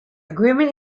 agreement